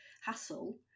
hassle